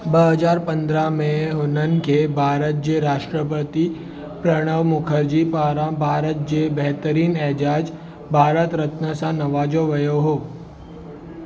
ॿ हज़ार पंद्रहं में हुननि खे भारत जे राष्ट्रपति प्रणब मुखर्जी पारां भारत जे बहितरीन एजाज़ु भारत रत्न सां नवाजो वयो हुओ